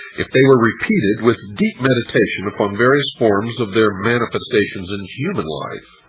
if they were repeated, with deep meditation upon various forms of their manifestations in human life,